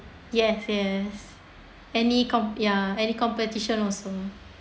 yes yes any comp~ ya any competition also